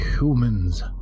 humans